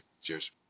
Cheers